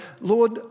Lord